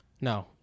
No